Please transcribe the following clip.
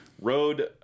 road